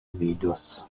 vidos